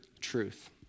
truth